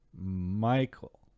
Michael